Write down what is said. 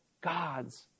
God's